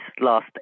last